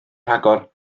rhagor